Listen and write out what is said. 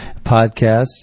podcasts